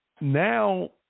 now